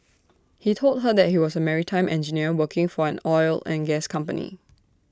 he told her that he was A maritime engineer working for an oil and gas company